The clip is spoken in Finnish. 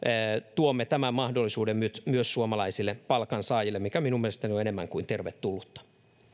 tuomme tämän mahdollisuuden nyt myös suomalaisille palkansaajille mikä minun mielestäni on enemmän kuin tervetullutta